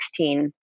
2016